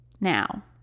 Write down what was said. now